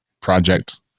project